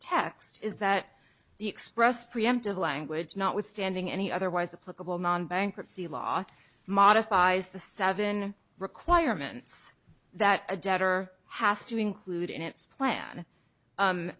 text is that the express preemptive language notwithstanding any otherwise a political non bankruptcy law modifies the seven requirements that a debtor has to include in its plan